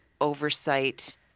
oversight